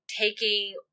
taking